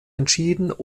entschieden